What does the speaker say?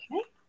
Okay